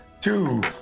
Two